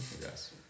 Yes